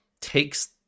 takes